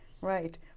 right